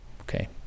Okay